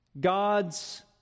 God's